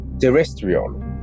terrestrial